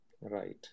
Right